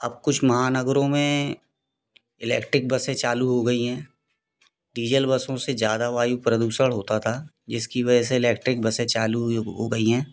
अब कुछ महानगरों में इलेक्ट्रिक बसें चालू हो गई हैं डीजल बसों से ज़्यादा वायु प्रदूषण होता था जिसकी वज़ह से इलेक्ट्रिक बसें चालू हुई हो गई हैं